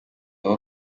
aho